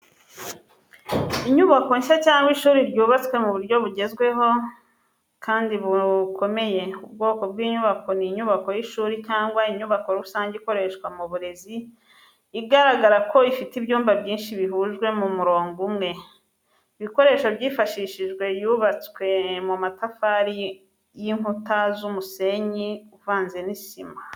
Inyubako nshya cyangwa ishuri ryubatswe mu buryo bugezweho kandi bukomeye. Ubwoko bw’inyubako ni inyubako y’ishuri cyangwa inyubako rusange ikoreshwa mu burezi igaragara ko ifite ibyumba byinshi bihujwe mu murongo umwe. Ibikoresho byifashishijwe yubatswe mu matafari y’inkuta z’umusenyi uvanze n’isima.